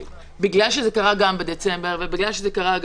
בגלל שזה קרה גם בדצמבר וגם באוגוסט,